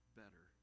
better